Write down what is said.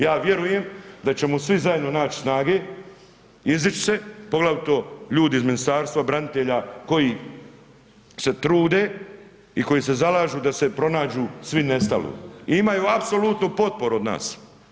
Ja vjerujem da ćemo svi zajedno naći snage, izdić se, poglavito ljudi iz Ministarstva branitelja koji se trude i koji se zalažu da se pronađu svi nestali i imaju apsolutnu potporu od nas.